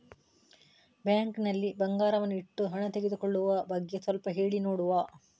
Bank ನಲ್ಲಿ ಬಂಗಾರವನ್ನು ಇಟ್ಟು ಹಣ ತೆಗೆದುಕೊಳ್ಳುವ ಬಗ್ಗೆ ಸ್ವಲ್ಪ ಹೇಳಿ ನೋಡುವ?